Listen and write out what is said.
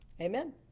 Amen